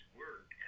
work